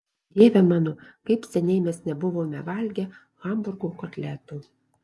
dieve mano kaip seniai mes nebuvome valgę hamburgo kotletų